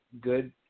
good